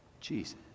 Jesus